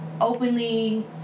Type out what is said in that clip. openly